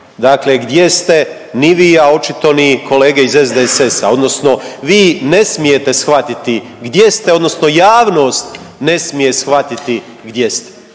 shvaćate gdje ste ni vi, a očito ni kolege iz SDSS-a odnosno vi ne smijete shvatiti gdje ste odnosno javnost ne smije shvatiti gdje ste